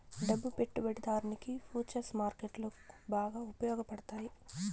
డబ్బు పెట్టుబడిదారునికి ఫుచర్స్ మార్కెట్లో బాగా ఉపయోగపడతాయి